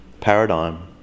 paradigm